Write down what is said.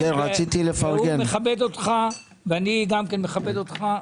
הוא מכבד אותך, ואני גם כן מכבד אותך.